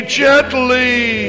gently